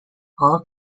all